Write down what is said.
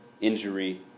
injury